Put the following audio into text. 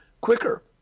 quicker